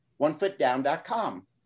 OneFootDown.com